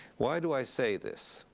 why do i say this